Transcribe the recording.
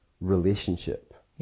relationship